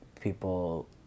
people